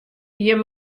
jim